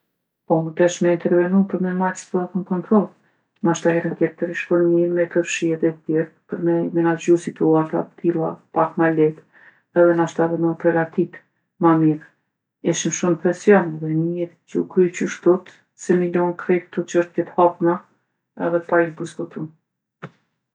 Po mu desht me intervenu për me majtë situatën n'kontrollë. Nashta herën tjetër ish kon mirë me përfshi edhe tjertë për me menaxhu situata t'tilla pak ma lehtë edhe nashta edhe me u pregatitë ma mirë. Ishim shumv n'presion edhe mirë që u kry qishtut se mi lon krejt kto çështje t'hapuna edhe pa i diskutu.